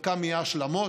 חלקם יהיו להשלמות,